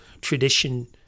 tradition